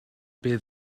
bydd